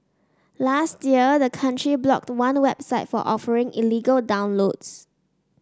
last year the country blocked one website for offering illegal downloads